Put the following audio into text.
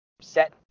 set